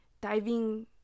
diving